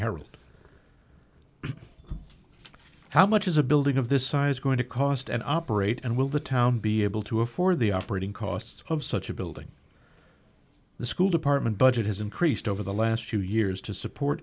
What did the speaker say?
harry how much is a building of this size going to cost and operate and will the town be able to afford the operating costs of such a building the school department budget has increased over the last few years to support